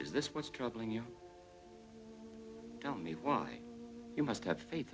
is this what's troubling you tell me why you must have faith